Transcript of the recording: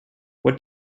what